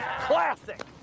Classic